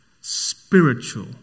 spiritual